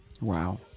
Wow